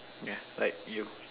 like you